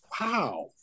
Wow